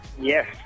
Yes